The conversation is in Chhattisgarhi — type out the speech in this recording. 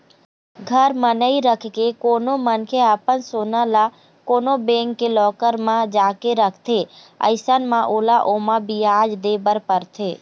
घर म नइ रखके कोनो मनखे ह अपन सोना ल कोनो बेंक के लॉकर म जाके रखथे अइसन म ओला ओमा बियाज दे बर परथे